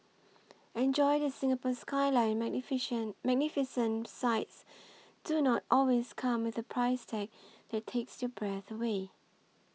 enjoy the Singapore Skyline Magnificent Magnificent sights do not always come with a price tag that takes your breath away